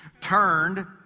turned